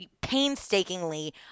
Painstakingly